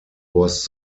was